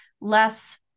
less